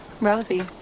Rosie